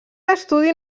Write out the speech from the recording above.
estudi